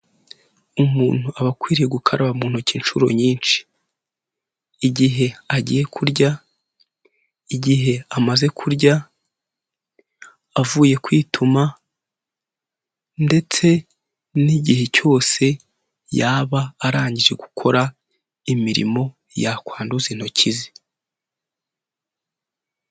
Umuntu aba akwiriye gukaraba mu ntoki inshuro nyinshi igihe agiye kurya, igihe amaze kurya, avuye kwituma ndetse n'igihe cyose yaba arangije gukora imirimo yakwanduza intoki ze.